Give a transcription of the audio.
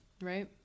Right